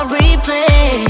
replay